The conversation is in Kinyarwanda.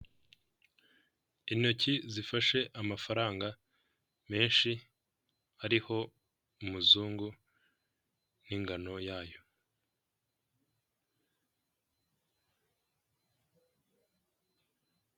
Intoki zifashe amafaranga menshi ariho umuzungu n'ingano yayo.